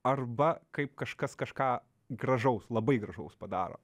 arba kaip kažkas kažką gražaus labai gražaus padaro